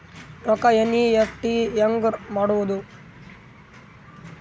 ರೊಕ್ಕ ಎನ್.ಇ.ಎಫ್.ಟಿ ಹ್ಯಾಂಗ್ ಮಾಡುವುದು?